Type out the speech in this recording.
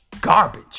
garbage